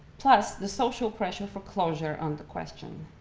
plus the social pressure for closure on the question.